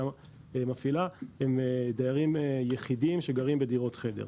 מפעילה הם דיירים יחידים שגרים בדירות חדר.